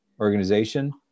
organization